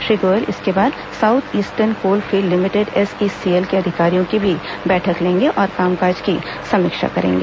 श्री गोयल इसके बाद south eastern coal fields limited SECL के अधिकारियों की भी बैठक लेंगे और कामकाज की समीक्षा करेंगे